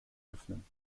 öffnen